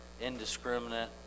indiscriminate